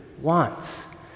wants